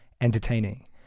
entertaining